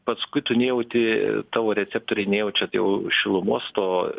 paskui tu nejauti tavo receptoriai nejaučia jau šilumos to